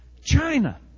China